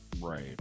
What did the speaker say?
Right